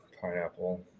Pineapple